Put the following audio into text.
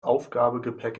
aufgabegepäck